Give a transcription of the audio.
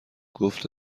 گفت